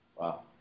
Wow